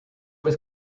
was